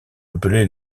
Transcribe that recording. appelés